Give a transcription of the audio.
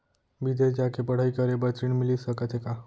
बिदेस जाके पढ़ई करे बर ऋण मिलिस सकत हे का?